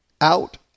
Out